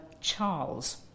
Charles